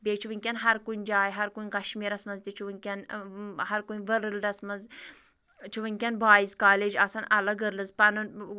بیٚیہِ چھُ ؤنکٮ۪ن ہَر کُنہِ جایہِ ہَر کُنہِ کَشمیٖرَس منٛز تہِ چھُ ؤنکٮ۪ن ہَر کُنہِ ؤرلڈَس منٛز چھُ ؤنکٮ۪ن بایِز کالیج آسان اَلگ گرلٔز اَلگ پَنُن